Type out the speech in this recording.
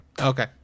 Okay